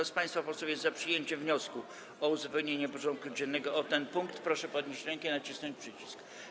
Kto z państwa posłów jest za przyjęciem wniosku o uzupełnienie porządku dziennego o ten punkt, proszę podnieść rękę i nacisnąć przycisk.